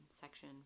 section